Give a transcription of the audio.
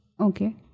Okay